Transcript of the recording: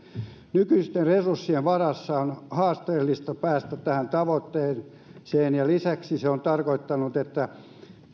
nykyisten resurssien varassa on haasteellista päästä tähän tavoitteeseen ja lisäksi se on tarkoittanut että